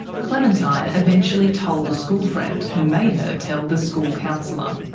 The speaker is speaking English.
clementine eventually told a school-friend, who made her tell the school counsellor. um